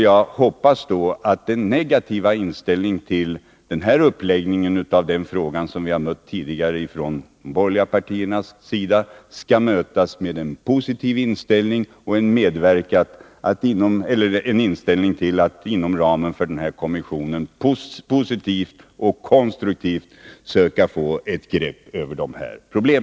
Jag hoppas då att den negativa inställning till uppläggningen av denna fråga som vi har mött tidigare från de borgerliga partierna skall förbytas i en positiv inställning och en medverkan i strävandena att inom ramen för denna kommission få ett konstruktivt grepp om dessa problem.